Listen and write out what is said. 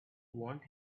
want